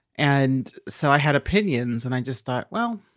and so i had opinions and i just thought, well,